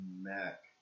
Mac